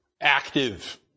active